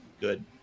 good